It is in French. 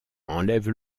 enlève